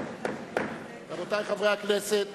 רבותי חברי הכנסת